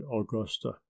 Augusta